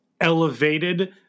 elevated